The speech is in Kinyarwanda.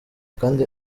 kandi